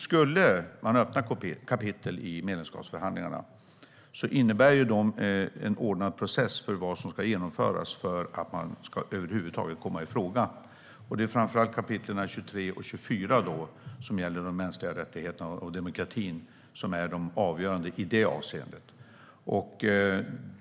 Skulle man öppna kapitel i medlemskapsförhandlingarna innebär de en ordnad process för vad som ska genomföras för att man över huvud taget ska komma i fråga. Det är framför allt kapitlen 23 och 24, som gäller de mänskliga rättigheterna och demokratin, som är de avgörande i det avseendet.